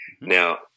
Now